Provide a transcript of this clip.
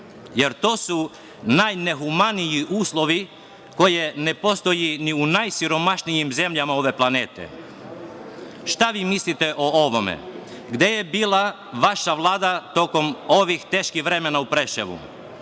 jer to su najnehumaniji uslovi koji ne postoje ni u najsiromašnijim zemljama ove planete. Šta mi mislite o ovome? Gde je bila vaša Vlada tokom ovih teških vremena u Preševu?